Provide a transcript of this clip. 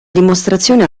dimostrazione